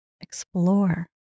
Explore